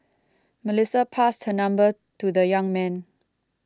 Melissa passed her number to the young man